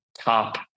top